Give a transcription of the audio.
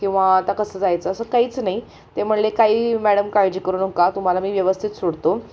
किंवा आता कसं जायचं असं काहीच नाही ते म्हणाले काही मॅडम काळजी करू नका तुम्हाला मी व्यवस्थित सोडतो